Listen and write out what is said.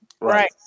Right